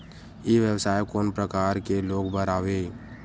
ई व्यवसाय कोन प्रकार के लोग बर आवे?